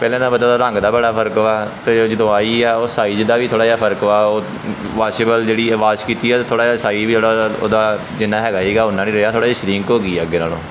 ਪਹਿਲਾਂ ਦਾ ਪਤਾ ਦਾ ਰੰਗ ਦਾ ਬੜਾ ਫਰਕ ਵਾ ਅਤੇ ਜਦੋਂ ਆਈ ਆ ਉਹ ਸਾਈਜ ਦਾ ਵੀ ਥੋੜ੍ਹਾ ਜਿਹਾ ਫਰਕ ਵਾ ਉਹ ਵਾਸੀਬਲ ਜਿਹੜੀ ਵਾਸ਼ ਕੀਤੀ ਆ ਥੋੜ੍ਹਾ ਜਿਹਾ ਸਾਈ ਵੀ ਜਿਹੜਾ ਉਹਦਾ ਜਿੰਨਾ ਹੈਗਾ ਸੀਗਾ ਉੰਨਾ ਨਹੀਂ ਰਿਹਾ ਥੋੜ੍ਹਾ ਜਿਹਾ ਸ਼ਰਿੰਕ ਹੋ ਗਈ ਅੱਗੇ ਨਾਲੋਂ